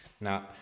Now